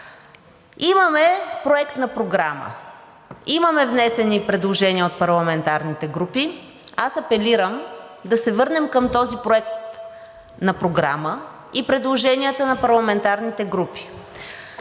имаме Проект на програма, имаме внесени предложения от парламентарните групи. Аз апелирам да се върнем към този проект на програма и предложенията на парламентарните групи.